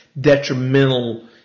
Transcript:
detrimental